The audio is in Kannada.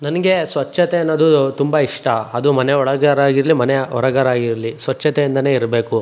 ನನಗೆ ಸ್ವಚ್ಚತೆ ಅನ್ನೋದು ತುಂಬ ಇಷ್ಟ ಅದು ಮನೆ ಒಳಗಾರು ಆಗಿರಲಿ ಮನೆ ಹೊರಗಾರ ಆಗಿರಲಿ ಸ್ವಚ್ಚತೆಯಿಂದ ಇರಬೇಕು